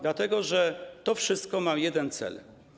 Dlatego że to wszystko ma jeden cel.